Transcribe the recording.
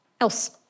else